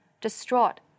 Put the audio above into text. distraught